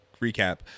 recap